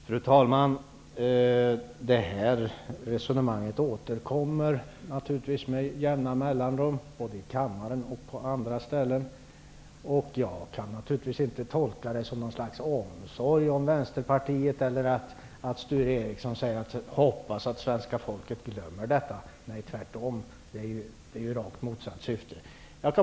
Fru talman! Det här resonemanget återkommer med jämna mellanrum, både i kammaren och på andra ställen. Jag kan inte tolka det som någon slags omsorg om Vänsterpartiet. Sture Ericson säger att han hoppas att svenska folket glömmer detta, nej, tvärtom, det gör rakt motsatt syfte.